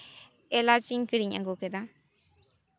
ᱮᱞᱟᱪ ᱤᱧ ᱠᱤᱨᱤᱧ ᱟᱹᱜᱩ ᱠᱮᱫᱟ